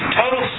total